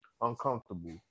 uncomfortable